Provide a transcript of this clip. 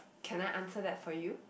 can I answer that for you